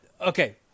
okay